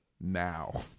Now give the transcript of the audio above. now